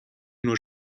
nur